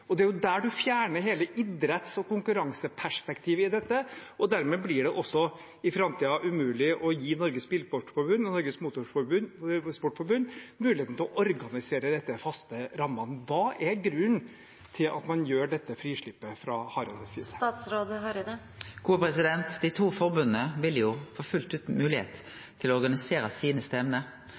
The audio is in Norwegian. og det er jo der man fjerner hele idretts- og konkurranseperspektivet i dette, og dermed blir det også i framtiden umulig å gi Norges Bilsportforbund og Norges Motorsportforbund muligheten til å organisere disse faste rammene. Hva er grunnen til dette frislippet fra Hareides side? Dei to forbunda vil jo fullt ut ha moglegheit til å organisere